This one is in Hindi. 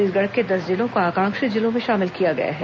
छत्तीसगढ़ के दस जिलों को आकांक्षी जिलों में शामिल किया गया है